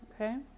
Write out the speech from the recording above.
Okay